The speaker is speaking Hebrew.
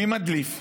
מי מדליף?